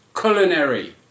culinary